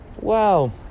wow